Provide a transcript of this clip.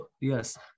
yes